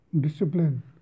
Discipline